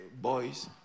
boys